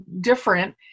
different